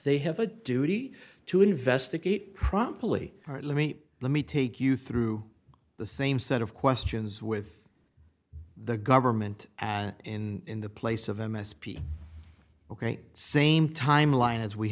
they have a duty to investigate promptly let me let me take you through the same set of questions with the government and in the place of m s p ok same timeline as we